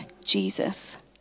Jesus